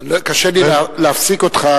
קשה לי להפסיק אותך,